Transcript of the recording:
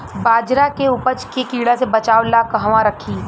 बाजरा के उपज के कीड़ा से बचाव ला कहवा रखीं?